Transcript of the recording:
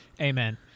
Amen